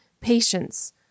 Patience